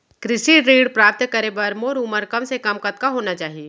कृषि ऋण प्राप्त करे बर मोर उमर कम से कम कतका होना चाहि?